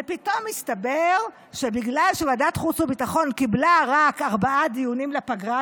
ופתאום הסתבר שבגלל שוועדת החוץ והביטחון קיבלה רק ארבעה דיונים לפגרה,